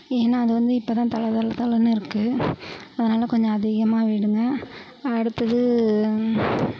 ஏன்னால் அது வந்து இப்பொ தான் தள தள தளனு இருக்குது அதனாலே கொஞ்சம் அதிகமாக விடுங்க அடுத்தது